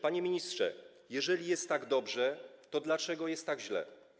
Panie ministrze, jeżeli jest tak dobrze, to dlaczego jest tak źle?